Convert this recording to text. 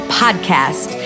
podcast